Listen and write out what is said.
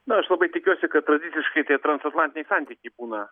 na aš labai tikiuosi kad tradiciškai tie transatlantiniai santykiai būna